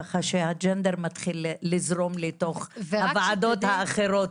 ככה שהמגדר מתחיל לזרום לתוך הוועדות האחרות.